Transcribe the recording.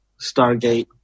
Stargate